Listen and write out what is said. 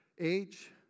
age